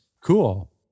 Cool